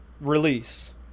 release